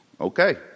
Okay